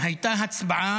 הייתה הצבעה